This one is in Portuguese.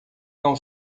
não